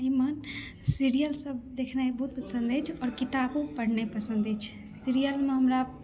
एहि मे सीरियल सब देखनाइ बहुत पसन्द अछि आओर किताबो पढ़नाइ पसन्द अछि सीरियल मे हमरा